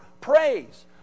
praise